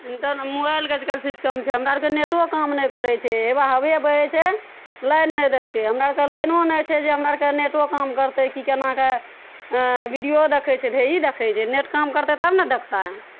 internet मोबाइलके आजकल system छै हमरा आरके नेटो काम नहि करै छै हेबा हवे बहै छै लाइन नहि देलकै हमरा आरके लाइनो नहि छै जे हमरा आरके नेटो काम करतै की केना कऽ विडियो देखै छै ढेरी देखै छै नेट काम करतै तब ने देखतै